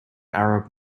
arab